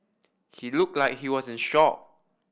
he looked like he was in shock